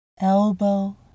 elbow